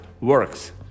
works